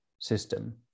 system